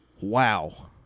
Wow